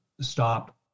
stop